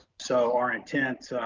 so our intent,